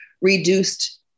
reduced